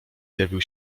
zjawił